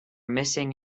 missing